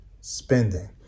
spending